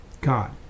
God